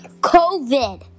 COVID